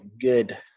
good